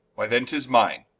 why then tis mine,